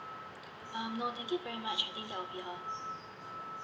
um no thank you very much I think that will be all